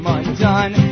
undone